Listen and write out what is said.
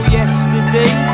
yesterday